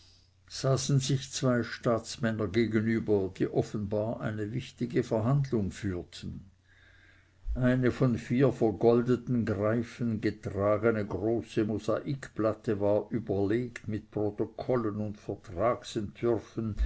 saßen sich zwei staatsmänner gegenüber die offenbar eine wichtige verhandlung führten eine von vier vergoldeten greifen getragene große mosaikplatte war überlegt mit protokollen und